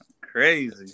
crazy